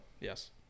yes